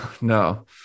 No